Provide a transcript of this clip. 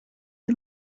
you